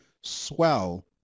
swell